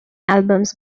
albums